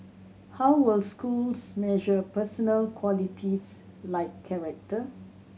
how will schools measure personal qualities like character